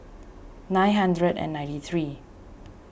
nine hundred and ninety three